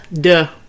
Duh